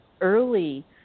early